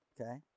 Okay